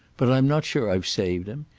but i'm not sure i've saved him.